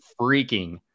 freaking